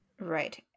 Right